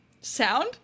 sound